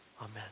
Amen